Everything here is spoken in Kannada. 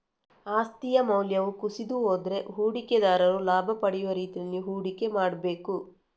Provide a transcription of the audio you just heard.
ಆಸ್ತಿಯ ಮೌಲ್ಯವು ಕುಸಿದು ಹೋದ್ರೆ ಹೂಡಿಕೆದಾರರು ಲಾಭ ಪಡೆಯುವ ರೀತಿನಲ್ಲಿ ಹೂಡಿಕೆ ಮಾಡ್ಬೇಕು